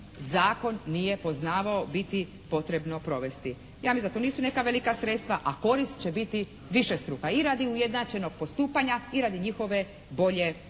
zakon nije poznavao, biti potrebno provesti. Ja mislim da to nisu neka velika sredstva, a korist će biti višestruka. I radi ujednačenog postupanja i radi njihove bolje zaštite.